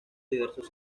diversos